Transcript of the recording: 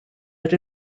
that